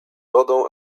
wodą